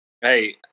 Hey